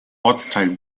ortsteil